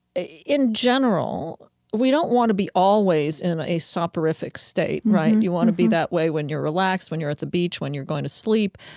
in general, we don't want to be always in a soporific state, right? you want to be that way when you're relaxed, when you're at the beach, when you're going to sleep.